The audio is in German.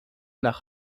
nach